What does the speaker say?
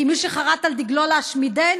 כי מי שחרת על דגלו להשמידנו,